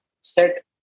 set